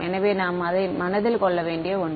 எனவே அதை நாம் மனதில் கொள்ள வேண்டிய ஒன்று